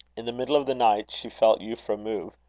in the middle of the night she felt euphra move.